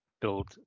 build